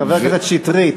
חבר הכנסת שטרית,